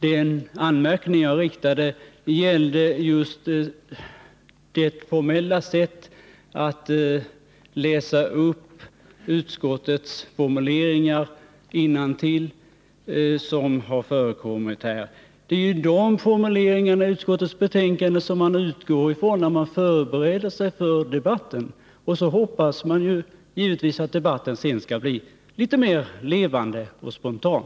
Den anmärkning jag framförde gällde just det formella sätt att läsa upp utskottets formuleringar innantill som har förekommit här. Det är ju de formuleringarna i utskottets betänkande som man utgår ifrån när man förbereder sig för debatten — och så hoppas man givetvis att debatten sedan skall bli litet mer levande och spontan.